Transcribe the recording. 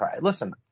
Listen